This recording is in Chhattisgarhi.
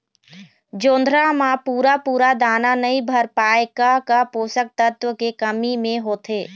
जोंधरा म पूरा पूरा दाना नई भर पाए का का पोषक तत्व के कमी मे होथे?